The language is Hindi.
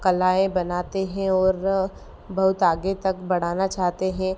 कलाएँ बनाते हैं और बहुत आगे तक बढ़ाना चाहते हैं